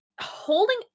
holding